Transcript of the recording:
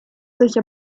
sich